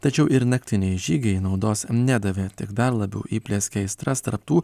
tačiau ir naktiniai žygiai naudos nedavė tik dar labiau įplieskė aistras tarp tų